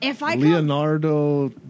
Leonardo